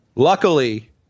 Luckily